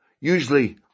usually